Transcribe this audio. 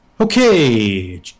Okay